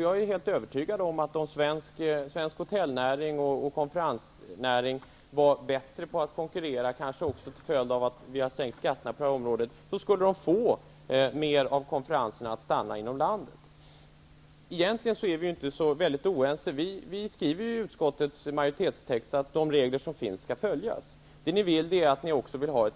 Jag är helt övertygad om, att om svensk hotellnäring och konferensnäring var bättre på att konkurrera, kanske till följd av att vi sänkt skatterna på detta område, skulle man få fler konferenser inom landet. Egentligen är vi inte så väldigt oense. Utskottsmajoriteten skriver i texten att de regler som finns skall följas. Det ni vill är att riksdagen